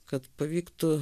kad pavyktų